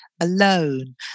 alone